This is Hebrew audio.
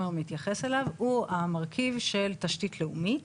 מתייחס אליו הוא המרכיב של תשתית לאומית